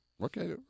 Okay